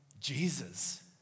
Jesus